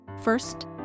First